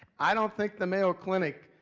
i don't think the mayo clinic,